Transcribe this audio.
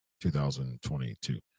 2022